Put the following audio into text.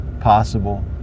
possible